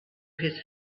his